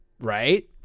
right